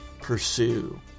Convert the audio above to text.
pursue